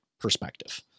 perspective